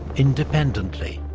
independently,